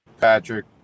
patrick